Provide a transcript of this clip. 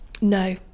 No